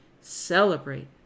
Celebrate